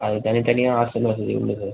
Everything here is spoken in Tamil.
அது தனித்தனியாக ஹாஸ்டல் வசதி உண்டு சார்